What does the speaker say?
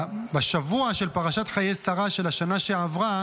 בשבוע של פרשת חיי שרה של השנה שעברה